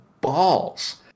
balls